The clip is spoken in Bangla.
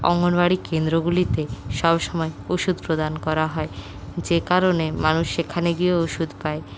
অঙ্গনওয়ারী কেন্দ্রগুলিতে সবসময় ওষুধ প্রদান করা হয় যে কারণে মানুষ সেখানে গিয়েও ওষুধ পায়